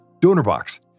DonorBox